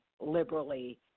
liberally